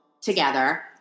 together